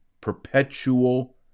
Perpetual